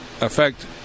affect